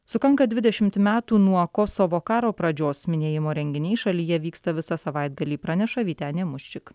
sukanka dvidešimt metų nuo kosovo karo pradžios minėjimo renginiai šalyje vyksta visą savaitgalį praneša vytenė muščik